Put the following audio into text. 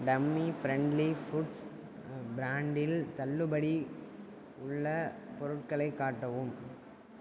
dummy friendly foods பிரான்டில் தள்ளுபடி உள்ள பொருட்களை காட்டவும்